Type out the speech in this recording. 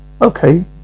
Okay